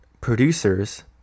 producers